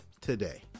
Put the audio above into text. today